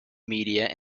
media